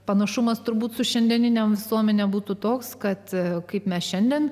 panašumas turbūt su šiandieniniam suomiai nebūtų toks kad kaip mes šiandien